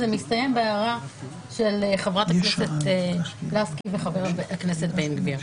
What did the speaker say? זה מסתיים בהערה של חברת הכנסת לסקי וחבר הכנסת בן גביר.